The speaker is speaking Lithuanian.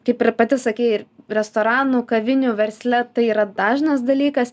kaip ir pati sakei ir restoranų kavinių versle tai yra dažnas dalykas